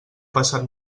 passat